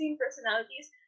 personalities